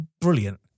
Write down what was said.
brilliant